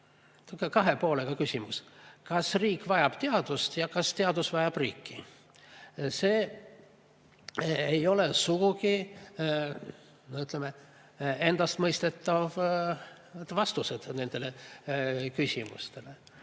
kahe poolega küsimus: kas riik vajab teadust ja kas teadus vajab riiki? Ei ole sugugi endastmõistetavaid vastuseid nendele küsimustele,